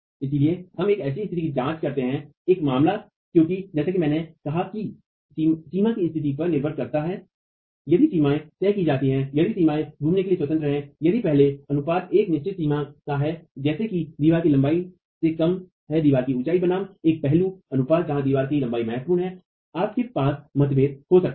इसलिए हम एक स्तिथि की जांच करते हैं एक मामला क्योंकि जैसा कि मैंने कहा कि सीमा की स्थिति पर निर्भर करता है यदि सीमाएं तय की जाती हैं यदि सीमाएं घूमने के लिए स्वतंत्र हैं यदि पहलू अनुपात एक निश्चित सीमा का है जैसे कि दीवार की लंबाई से कम है दीवार की ऊंचाई बनाम एक पहलू अनुपात जहां दीवार की लंबाई महत्वपूर्ण है आपके पास मतभेद हो सकते हैं